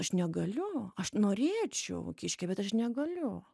aš negaliu aš norėčiau kiške bet aš negaliu